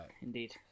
Indeed